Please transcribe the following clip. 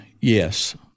yes